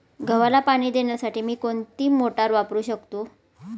गव्हाला पाणी देण्यासाठी मी कोणती मोटार वापरू शकतो?